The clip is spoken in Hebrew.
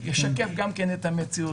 שישקף גם כן את המציאות.